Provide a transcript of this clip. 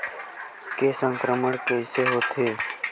के संक्रमण कइसे होथे?